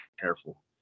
careful